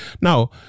now